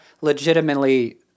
legitimately